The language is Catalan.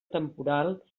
temporal